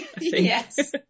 Yes